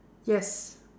yes